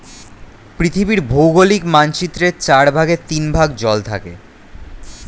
পৃথিবীর ভৌগোলিক মানচিত্রের চার ভাগের তিন ভাগ জল থাকে